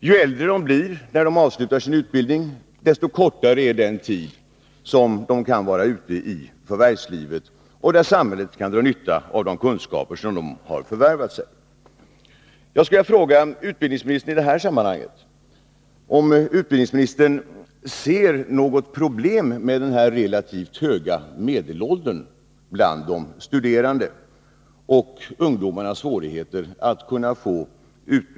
Ju äldre de blir när de avslutar sin utbildning, desto kortare är den tid som de kan vara ute i förvärvslivet och som samhället kan dra nytta av de kunskaper de har förvärvat.